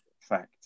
fact